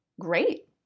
great